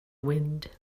wind